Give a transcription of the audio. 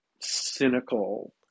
cynical